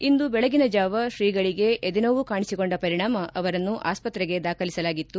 ಇಂದು ಬೆಳಗಿನಜಾವ ಶ್ರೀಗಳಿಗೆ ಎದೆ ನೋವು ಕಾಣಿಸಿಕೊಂಡ ಪರಿಣಾಮ ಅವರನ್ನು ಆಸ್ಪತ್ರೆಗೆ ದಾಖಲಿಸಲಾಗಿತ್ತು